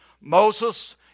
Moses